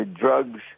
drugs